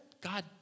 God